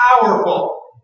powerful